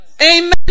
Amen